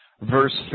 verse